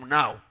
now